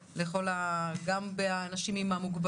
ראינו זאת גם בנושא של אנשים עם מוגבלויות.